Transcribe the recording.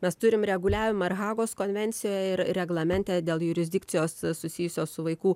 mes turim reguliavimą ir hagos konvencijoje ir reglamente dėl jurisdikcijos susijusios su vaikų